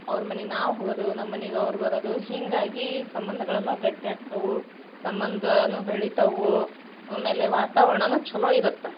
ಅವ್ರ ಮನಿಗೆ ನಾವು ಹೋಗದೂ ನಮ್ಮ ಮನಿಗೆ ಅವ್ರು ಬರದು ಹಿಂಗಾಗಿ ಸಂಬಂಧಗಳನ್ನು ಗಟ್ಟಿ ಆಗ್ತವೂ ಸಂಬಂಧನೂ ಬೆಳಿತವೂ ಆಮೇಲೆ ವಾತವರಣನೂ ಚಲೋ ಇರುತ್ತ